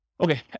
Okay